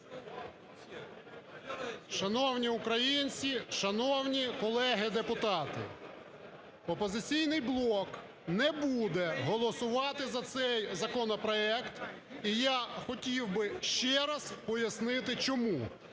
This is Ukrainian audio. Шановні українці! Шановні колеги депутати! "Опозиційний блок" не буде голосувати за цей законопроект. І я хотів би ще раз пояснити чому.